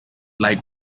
light